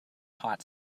hot